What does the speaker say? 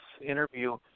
interview